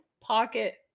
pocket